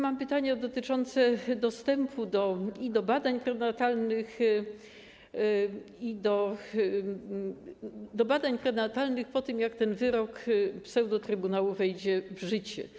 Mam pytania dotyczące dostępu i do badań prenatalnych, i do badań prenatalnych po tym, jak ten wyrok pseudotrybunału wejdzie w życie.